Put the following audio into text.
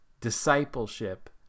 Discipleship